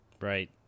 right